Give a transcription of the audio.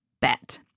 bet